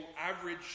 average